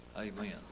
Amen